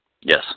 Yes